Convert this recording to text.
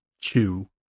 chew